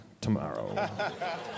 tomorrow